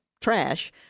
trash